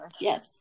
Yes